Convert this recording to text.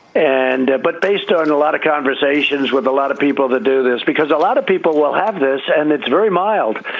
and. but based on and a lot of conversations with a lot of people that do this, because a lot of people will have this and it's very mild,